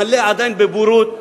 מלא עדיין בבורות.